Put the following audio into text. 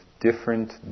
different